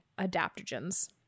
adaptogens